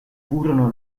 furono